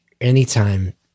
anytime